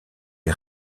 est